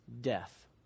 death